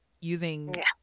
using